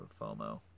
FOMO